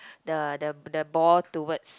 the the the ball towards